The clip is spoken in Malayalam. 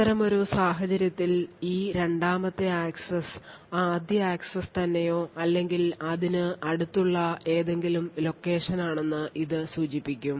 അത്തരമൊരു സാഹചര്യത്തിൽ ഈ രണ്ടാമത്തെ ആക്സസ് ആദ്യ ആക്സസ് തന്നെയോ അല്ലെങ്കിൽ അതിനു അടുത്തുള്ള ഏതെങ്കിലും location ആണെന്നു ഇത് സൂചിപ്പിക്കും